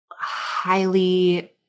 highly